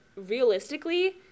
realistically